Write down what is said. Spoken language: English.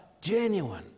genuine